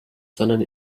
sondern